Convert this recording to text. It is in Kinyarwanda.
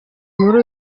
muri